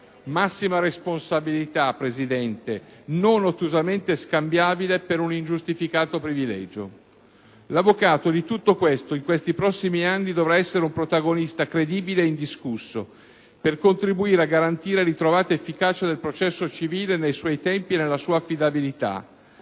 massima responsabilità, dunque, non ottusamente scambiabile per un ingiustificato privilegio. L'avvocato di tutto questo, in questi prossimi anni, dovrà essere un protagonista credibile e indiscusso, per contribuire a garantire la ritrovata efficacia del processo civile nei suoi tempi e nella sua affidabilità,